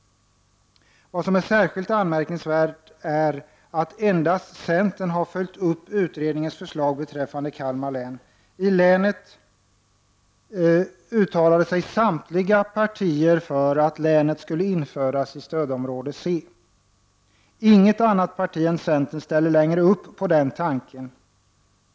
Vad som är särskilt anmärkningsvärt är att endast centern har följt upp utredningens förslag beträffande Kalmar län. I länet uttalade sig samtliga partier för att länet skulle införas i stödområde C. Inget annat parti än centern ställer längre upp på den tanken.